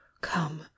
come